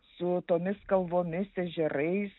su tomis kalvomis ežerais